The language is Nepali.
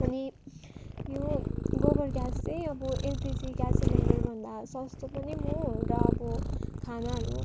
अनि यो गोबर ग्यास चाहिँ अब एलपिजी ग्यास सिलिन्डरभन्दा सस्तो पनि हो र अब खानाहरू